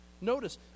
Notice